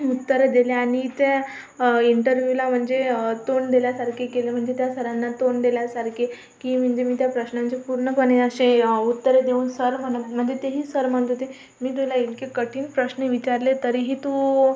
उत्तरं दिले आणि त्या इंटरव्ह्यूला म्हणजे तोंड दिल्यासारखे केलं म्हणजे त्या सरांना तोंड दिल्यासारखे की म्हणजे मी त्या प्रश्नांचे पूर्णपणे असे उत्तरं देऊन सर म्हणून म्हणजे ते ही सर म्हणत होते मी तुला इतके कठीण प्रश्न विचारले तरीही तू